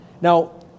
Now